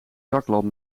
zaklamp